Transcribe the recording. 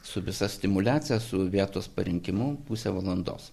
su visa stimuliacija su vietos parinkimu pusę valandos